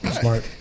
smart